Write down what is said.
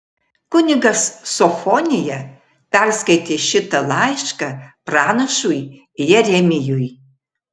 kunigas sofonija perskaitė šitą laišką pranašui jeremijui